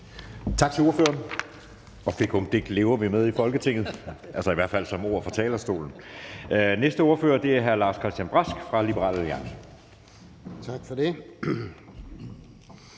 Tak for det.